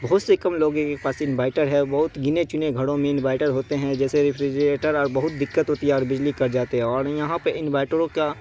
بہت سے کم لوگوں کے پاس انویٹر ہے بہت گنے چنے گھروں میں اینویٹر ہوتے ہیں جیسے ریفریجیٹر اور بہت دقت ہوتی ہے اور بجلی کٹ جاتی ہے اور یہاں پہ انویٹروں کا